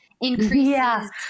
increases